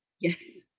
Yes